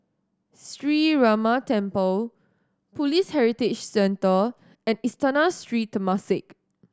Sree Ramar Temple Police Heritage Centre and Istana Sri Temasek